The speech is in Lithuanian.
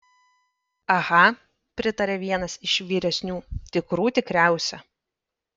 aha pritarė vienas iš vyresnių tikrų tikriausia